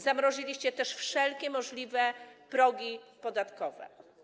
Zamroziliście też wszelkie możliwe progi podatkowe.